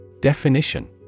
Definition